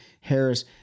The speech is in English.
Harris